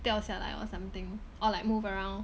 掉下来 or something or like move around